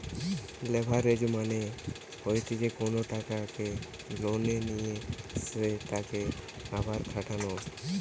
leverage মানে হতিছে কোনো টাকা লোনে নিয়ে সেতকে আবার খাটানো